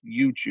YouTube